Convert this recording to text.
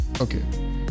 okay